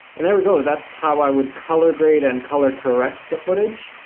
and there we go, that's how i would color grade and color correct the footage.